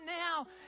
now